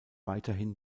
weiterhin